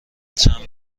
چند